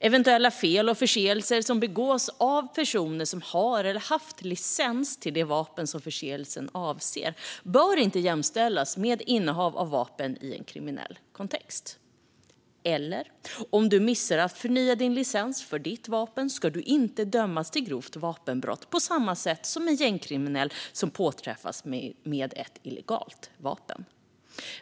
Eventuella fel och förseelser som begås av personer som har eller har haft licens till det vapen som förseelsen avser bör inte jämställas med innehav av vapen i en kriminell kontext. Om du missar att förnya din licens för ditt vapen ska du inte dömas för grovt vapenbrott på samma sätt som en gängkriminell som påträffas med ett illegalt vapen.